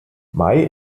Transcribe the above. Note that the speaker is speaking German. may